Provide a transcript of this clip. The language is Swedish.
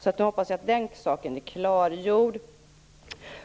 Så nu hoppas jag att den saken är klargjord.